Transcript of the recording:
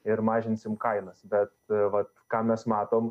ir mažinsim kainas bet vat ką mes matom